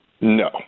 No